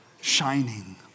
shining